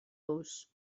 los